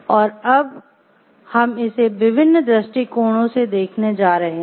और अब हम इसे विभिन्न दृष्टिकोणों से देखने जा रहे हैं